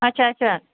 اَچھا اَچھا